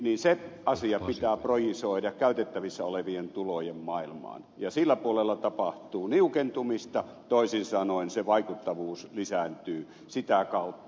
se asia pitää projisoida käytettävissä olevien tulojen maailmaan ja sillä puolella tapahtuu niukentumista toisin sanoen se vaikuttavuus lisääntyy sitä kautta